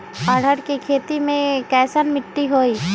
अरहर के खेती मे कैसन मिट्टी होइ?